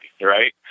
right